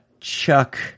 Chuck